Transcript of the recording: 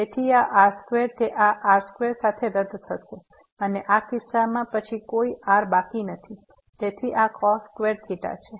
તેથી આ r square તે આ r2 સાથે રદ થશે અને આ કિસ્સામાં પછી કોઈ r બાકી નથી આ છે